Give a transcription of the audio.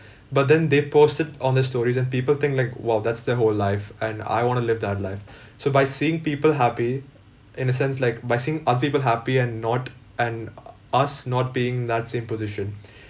but then they post it on their stories and people think like !wow! that's their whole life and I want to live that life so by seeing people happy in a sense like by seeing other people happy and not and us not being in that same position